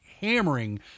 hammering